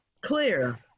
Clear